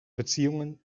beziehungen